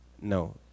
no